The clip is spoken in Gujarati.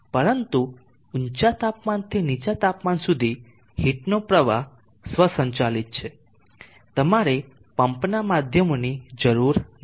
પરંતુ ઊંચા તાપમાનથી નીચા તાપમાન સુધી હીટનો પ્રવાહ સ્વસંચાલિત છે તમારે પંપના માધ્યમોની જરૂર નથી